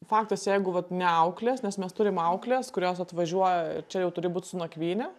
faktas jeigu vat ne auklės nes mes turim aukles kurios atvažiuoja čia jau turi būt su nakvyne